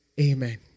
amen